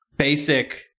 basic